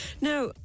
Now